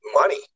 money